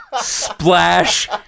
Splash